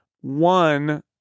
one